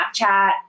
Snapchat